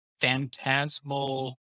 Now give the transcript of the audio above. phantasmal